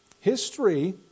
History